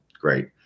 great